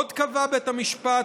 עוד קבע בית המשפט,